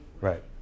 Right